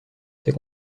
ses